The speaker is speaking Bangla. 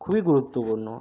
খুবই গুরুত্বপূর্ণ